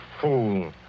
fool